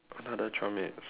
another twelve minutes